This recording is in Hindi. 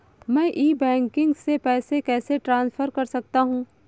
मैं ई बैंकिंग से पैसे कैसे ट्रांसफर कर सकता हूं?